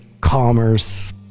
commerce